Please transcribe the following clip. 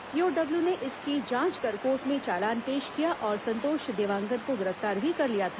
EOW ने इसकी जांच कर कोर्ट में चालान पेश किया और संतोष देवांगन को गिरफ्तार भी कर लिया था